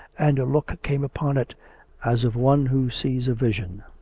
and a look came upon it as of one who sees a vision.